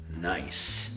Nice